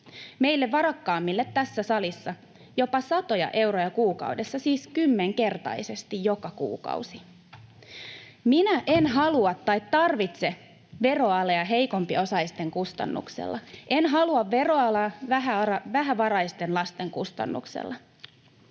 meille varakkaammille tässä salissa jopa satoja euroja kuukaudessa, siis kymmenkertaisesti joka kuukausi. Minä en halua tai tarvitse veroalea heikompiosaisten kustannuksella, en halua veroalea vähävaraisten lasten kustannuksella.